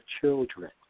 children